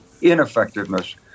ineffectiveness